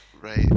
right